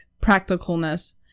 practicalness